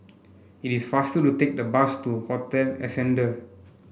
it is faster to take the bus to Hotel Ascendere